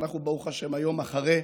אנחנו היום אחרי,